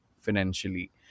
financially